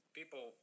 people